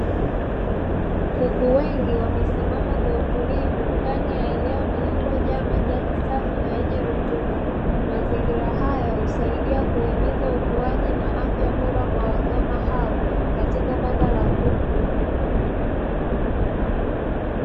Kuku wengi wamesimama kwa utulivu ndani ya eneo lililojaa majani safi yenye rutuba. Mazingira haya husaidia kuhimiza ukuaji na afya bora kwa wanyama hao katika banda la kuku.